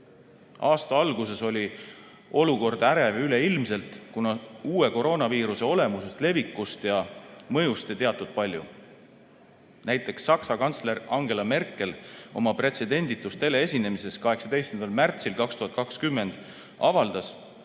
Aasta alguses oli olukord ärev üleilmselt, kuna uue koroonaviiruse olemusest, levikust ja mõjust ei teatud palju. Näiteks Saksa kantsler Angela Merkel oma pretsedenditus teleesinemises 18. märtsil 2020 avaldas,